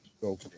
go